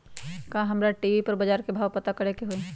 का हमरा टी.वी पर बजार के भाव पता करे के होई?